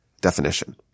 definition